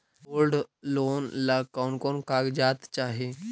Gold loan ला कौन कौन कागजात चाही?